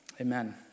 Amen